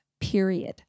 period